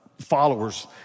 followers